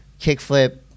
kickflip